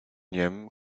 niem